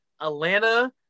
Atlanta